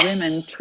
women